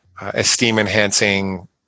esteem-enhancing